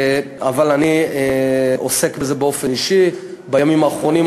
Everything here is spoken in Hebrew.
אבל אני עוסק בזה באופן אישי בימים האחרונים,